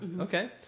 Okay